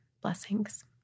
blessings